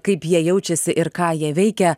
kaip jie jaučiasi ir ką jie veikia